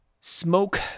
Smoke